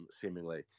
seemingly